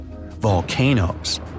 volcanoes